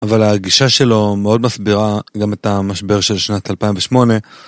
אבל ההגישה שלו מאוד מסבירה גם את המשבר של שנת 2008.